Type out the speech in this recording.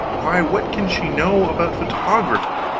why what can she know about photography?